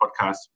podcast